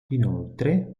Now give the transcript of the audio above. inoltre